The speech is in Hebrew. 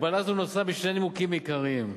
הגבלה זו נוצרה משני נימוקים עיקריים: